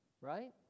right